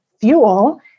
fuel